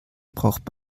braucht